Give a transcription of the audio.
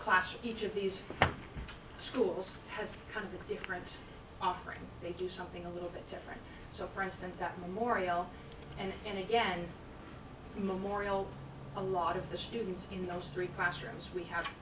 clash each of these schools has something different offering they do something a little bit different so for instance that memorial and again memorial a lot of the students in those three classrooms we have